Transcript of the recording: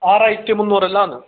ആറായിരത്തി മുന്നൂറ്ലാന്ന്